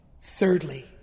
Thirdly